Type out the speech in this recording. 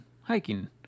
hiking